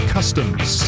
Customs